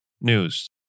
news